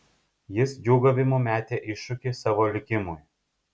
jis džiūgavimu metė iššūkį savo likimui